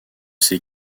ses